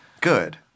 Good